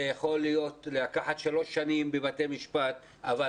זה יכול לקחת שלוש שנים בבתי משפט אבל